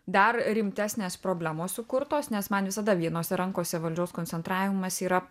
dar rimtesnės problemos sukurtos nes man visada vienose rankose valdžios koncentravimas yra